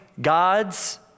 gods